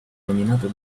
nominato